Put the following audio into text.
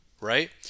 right